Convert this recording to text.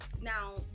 now